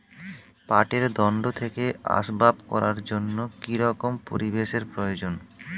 পাটের দণ্ড থেকে আসবাব করার জন্য কি রকম পরিবেশ এর প্রয়োজন?